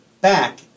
Back